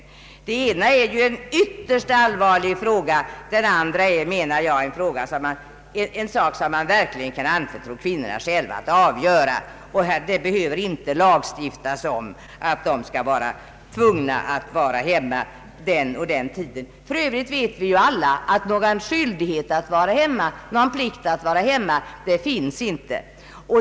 Det ena är ju en ytterst allvarlig fråga; det andra är något som man utan vidare bör kunna anförtro kvinnorna själva att avgöra. Det anses inte behöva lagstiftas om ati de skall vara tvungna att stanna hemma en viss tid. Någon plikt att vara hemma finns inte.